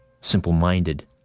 simple-minded